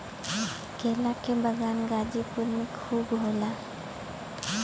केला के बगान हाजीपुर में खूब होला